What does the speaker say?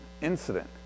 incident